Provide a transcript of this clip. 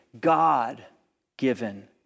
God-given